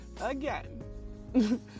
Again